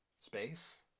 Space